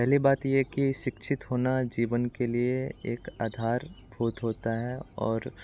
पहली बात ये है कि शिक्षित होना जीवन के लिए एक आधारभूत होता है और